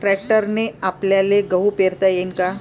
ट्रॅक्टरने आपल्याले गहू पेरता येईन का?